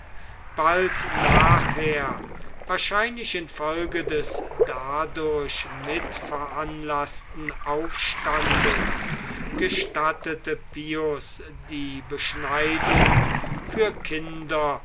bald nachher wahrscheinlich infolge des dadurch mitveranlaßten aufstandes gestattete pius die beschneidung für kinder